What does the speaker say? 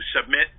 submit